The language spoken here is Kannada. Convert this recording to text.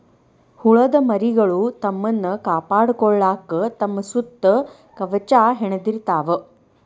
ಹುಳದ ಮರಿಗಳು ತಮ್ಮನ್ನ ಕಾಪಾಡಕೊಳಾಕ ತಮ್ಮ ಸುತ್ತ ಕವಚಾ ಹೆಣದಿರತಾವ